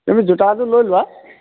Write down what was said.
তুমি জোতা এযোৰ লৈ লোৱা